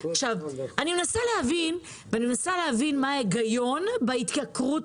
אני מנסה להבין מה ההיגיון בהתייקרות